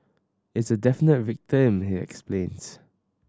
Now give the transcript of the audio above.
it's a definite victim he explains